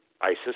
ISIS